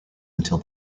until